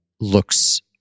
looks